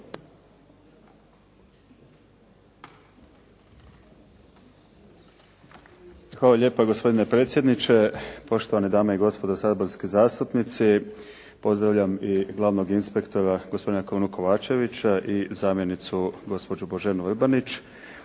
Hvala lijepo gospodine predsjedniče, poštovane dame i gospodo saborski zastupnici, pozdravljam i glavnog inspektora, gospodina Krunu Kovačevića i zamjenicu gospođu Boženu Vrbanić.